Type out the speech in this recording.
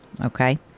okay